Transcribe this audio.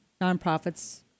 nonprofits